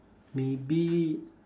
maybe